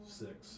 six